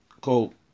cool